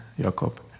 Jakob